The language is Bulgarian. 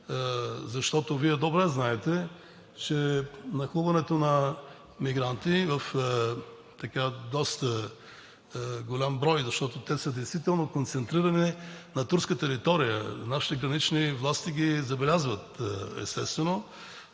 намеса. Вие добре знаете, че нахлуването на мигранти е в доста голям брой, защото те са действително концентрирани на турска територия и нашите гранични власти ги забелязват, естествено,